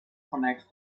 connects